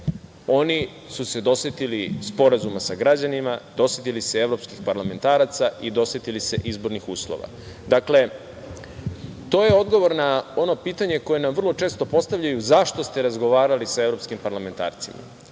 oni su se dosetili sporazuma sa građanima, dosetili se evropskih parlamentaraca i dosetili se izbornih uslova. To je odgovor na ono pitanje koje nam vrlo često postavljaju – zašto ste razgovarali sa evropskim parlamentarcima.